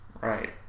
Right